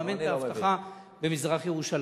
לממן את האבטחה במזרח-ירושלים.